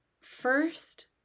First